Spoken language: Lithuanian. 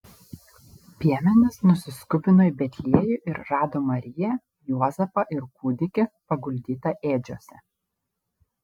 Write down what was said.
piemenys nusiskubino į betliejų ir rado mariją juozapą ir kūdikį paguldytą ėdžiose